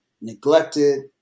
neglected